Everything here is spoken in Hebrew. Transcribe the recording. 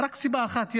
יש רק סיבה אחת.